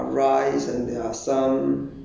we don't get much food but